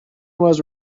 was